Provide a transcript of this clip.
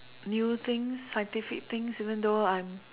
new things scientific things even though I'm